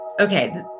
okay